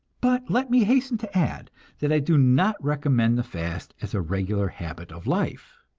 but let me hasten to add that i do not recommend the fast as a regular habit of life.